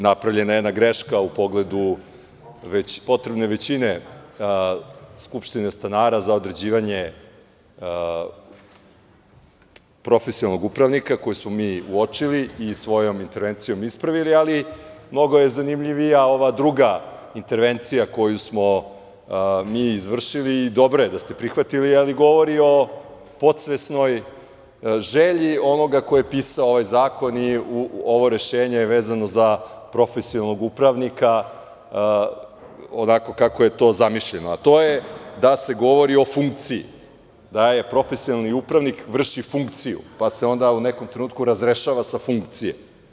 Napravljena je jedna greška u pogledu već potrebne većine skupštine stanara za određivanje profesionalnog upravnika koju smo mi uočili i svojom intervencijom ispravili, ali mnogo je zanimljivija ova druga intervencija koju smo mi izvršili i dobro je da ste prihvatili, ali govori o podsvesnoj želji onoga ko je pisao ovaj zakon i ovo rešenje je vezano za profesionalnog upravnika, onako kako je to zamišljeno, a to je da se govori o funkciji, da profesionalni upravnik vrši funkciju, pa se onda u nekom trenutku razrešava sa funkcije.